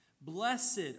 Blessed